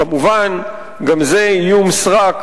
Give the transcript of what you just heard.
כמובן, גם זה איום סרק.